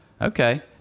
Okay